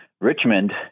Richmond